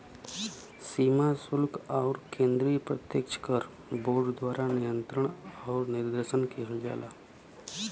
सीमा शुल्क आउर केंद्रीय प्रत्यक्ष कर बोर्ड द्वारा नियंत्रण आउर निर्देशन किहल जाला